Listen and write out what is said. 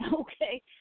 okay